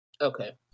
okay